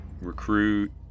Recruit